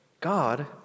God